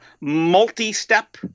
multi-step